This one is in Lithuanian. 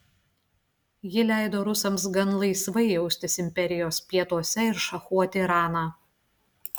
ji leido rusams gan laisvai jaustis imperijos pietuose ir šachuoti iraną